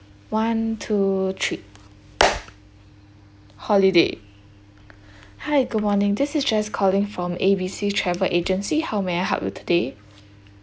one two three holiday hi good morning this is jess calling from A B C travel agency how may I help you today